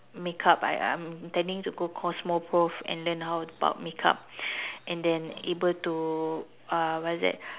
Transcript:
makeup right I I'm intending to go Cosmoprof and learn how about makeup and then able to uh what's that